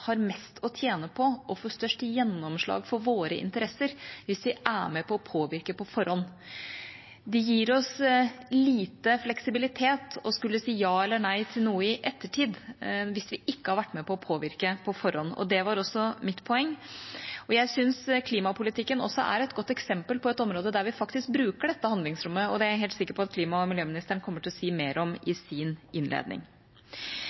har mest å tjene på det og får størst gjennomslag for våre interesser hvis vi er med på å påvirke på forhånd. Det gir oss lite fleksibilitet å skulle si ja eller nei til noe i ettertid hvis vi ikke har vært med på å påvirke på forhånd, og det var også mitt poeng. Jeg syns klimapolitikken også er et godt eksempel på et område der vi faktisk bruker dette handlingsrommet, og det er jeg helt sikker på at klima- og miljøministeren kommer til å si mer om